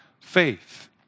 faith